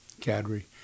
Cadre